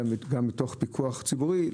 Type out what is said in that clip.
גם מתוך פיקוח ציבורי,